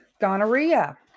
gonorrhea